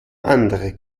andere